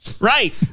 Right